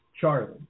Charlie